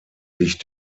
sich